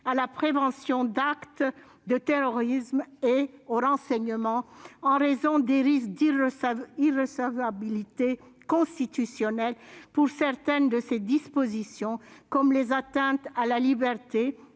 à la prévention d'actes de terrorisme et au renseignement en raison des risques d'irrecevabilité constitutionnelle que présentent certaines de ses dispositions portant atteinte à la liberté